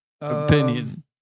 opinion